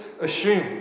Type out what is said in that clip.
assume